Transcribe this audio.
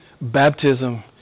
Baptism